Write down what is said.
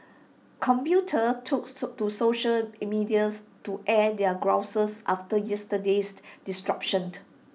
commuters took to to social in medias to air their grouses after yesterday's disruption